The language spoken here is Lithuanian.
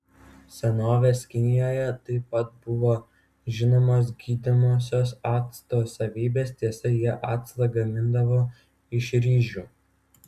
senovės kinijoje taip pat buvo žinomos gydomosios acto savybės tiesa jie actą gamindavo iš ryžių